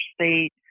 state